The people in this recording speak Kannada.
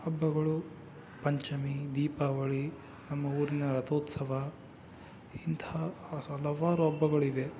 ಹಬ್ಬಗಳು ಪಂಚಮಿ ದೀಪಾವಳಿ ನಮ್ಮ ಊರಿನ ರಥೋತ್ಸವ ಇಂಥ ಹಲವಾರು ಹಬ್ಬಗಳಿವೆ